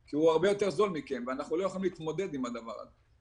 כי הוא הרבה יותר זול מאיתנו ואנחנו לא יכולים להתמודד עם הדבר הזה.